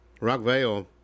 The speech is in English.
rockvale